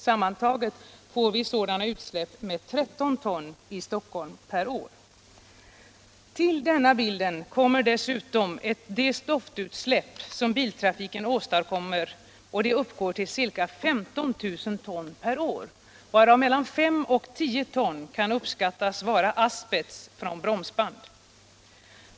Sammantaget får vi sådana utsläpp med 13 ton per år i Stockholm. Till denna bild kommer de stoftutsläpp som biltrafiken åstadkommer, och de uppgår till ca 15 000 ton per år, varav 5-10 ton kan uppskattas vara asbest från bromsband.